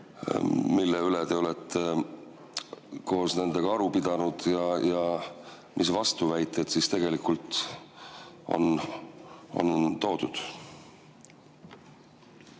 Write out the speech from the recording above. mille üle te olete koos nendega aru pidanud, ja mis vastuväiteid siis tegelikult on toodud?